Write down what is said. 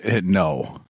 no